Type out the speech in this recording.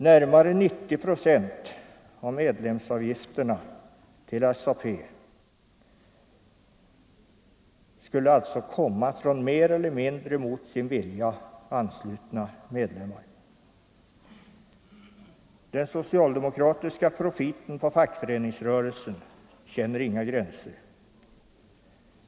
Närmare 90 procent av medlemsavgifterna till SAP skulle alltså komma från mer eller mindre mot sin vilja anslutna medlemmar. Den socialdemokratiska profiten på fackföreningsrörelsen känner inga gränser.